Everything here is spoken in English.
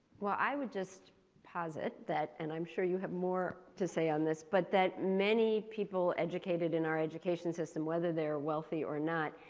well, i would just pass it that and i'm sure you have more to say on this. but then, many people educated in our education system whether they're wealthy or not